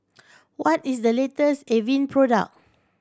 what is the latest Avene product